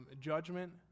judgment